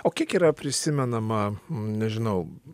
o kiek yra prisimenama nežinau